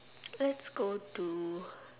let's go to